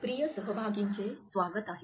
प्रिय सहभागींचे स्वागत आहे